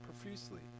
profusely